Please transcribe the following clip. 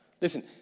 Listen